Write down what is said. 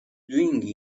doing